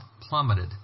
plummeted